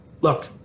look